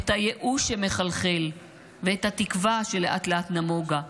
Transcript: את הייאוש שמחלחל ואת התקווה שלאט-לאט נמוגה.